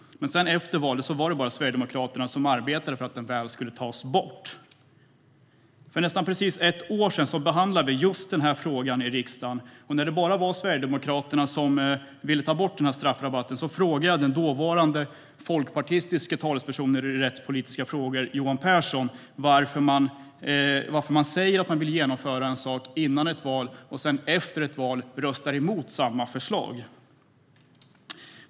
Men efter valet var det bara Sverigedemokraterna som arbetade för att den skulle tas bort. För nästan precis ett år sedan behandlade vi just den här frågan i riksdagen. Då det bara var Sverigedemokraterna som ville ta bort straffrabatten frågade jag den dåvarande folkpartistiske talespersonen i rättspolitiska frågor, Johan Pehrson, varför man säger att man vill genomföra en sak före ett val och sedan efter ett val röstar emot samma förslag.